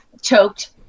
choked